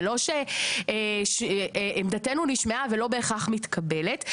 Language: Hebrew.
זה לא שעמדתנו נשמעה ולא בהכרח מתקבלת.